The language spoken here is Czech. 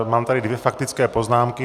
Mám tady dvě faktické poznámky.